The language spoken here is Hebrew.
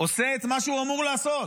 עושה את מה שהוא אמור לעשות,